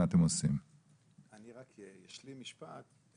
אני רק אשלים משפט.